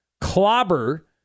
clobber